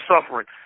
suffering